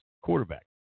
quarterback